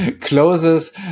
closes